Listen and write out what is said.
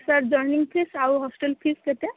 sir joining fees ଆଉ hostel fees କେତେ